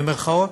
במירכאות,